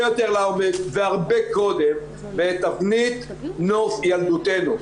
יותר לעומק והרבה קודם בתבנית נוף ילדותנו.